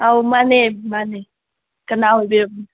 ꯑꯧ ꯃꯥꯅꯦ ꯃꯥꯅꯦ ꯀꯅꯥ ꯑꯣꯏꯕꯤꯔꯕꯅꯣ